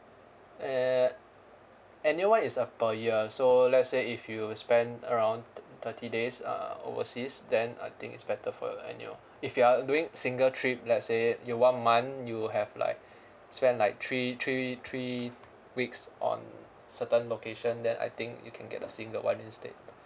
err annual is a per year so let's say if you spend around thi~ thirty days uh overseas then I think it's better for annual if you are doing single trip let's say your one month you have like spend like three three three weeks on certain location then I think you can get a single one instead